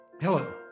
Hello